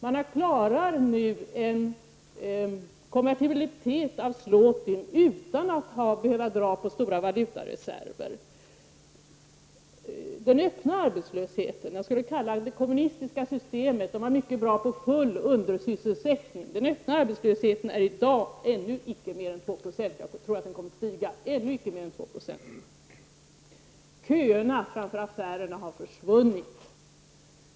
Man klarar nu en konvertibilitet av ztotyn utan att behöva dra på stora valutareserver. Det kommunistiska systemet var mycket bra på full undersysselsättning. Den öppna arbetslösheten är i dag ännu icke mer än 2 40 i Polen. Jag tror att den kommer att stiga. Köerna framför affärerna har försvunnit.